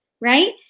right